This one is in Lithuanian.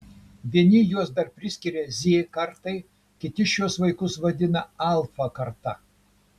vieni juos dar priskiria z kartai kiti šiuos vaikus vadina alfa karta